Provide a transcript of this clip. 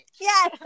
Yes